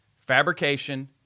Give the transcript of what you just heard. fabrication